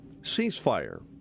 ceasefire